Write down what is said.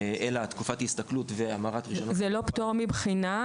אלא תקופת הסתכלות -- זה לא פטור מבחינה,